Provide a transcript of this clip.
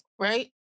right